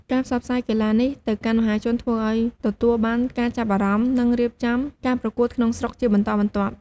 ការផ្សព្វផ្សាយកីឡានេះទៅកាន់មហាជន ធ្វើឲ្យទទួលបានការចាប់អារម្មណ៍ និងរៀបចំការប្រកួតក្នុងស្រុកជាបន្តបន្ទាប់។